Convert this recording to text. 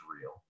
real